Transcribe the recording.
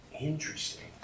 Interesting